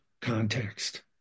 context